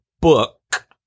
book